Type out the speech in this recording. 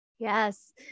Yes